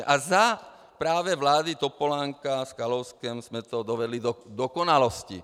A právě za vlády Topolánka s Kalouskem jsme to dovedli k dokonalosti.